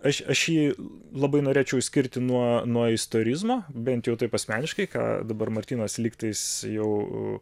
aš aš jį labai norėčiau išskirti nuo nuo istorizmo bent jau taip asmeniškai ką dabar martynas lygtais jau